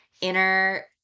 inner